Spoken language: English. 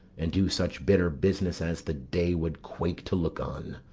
and do such bitter business as the day would quake to look on.